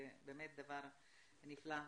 זה באמת דבר נפלא.